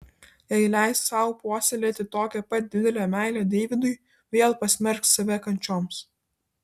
jei leis sau puoselėti tokią pat didelę meilę deividui vėl pasmerks save kančioms